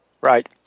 Right